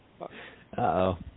Uh-oh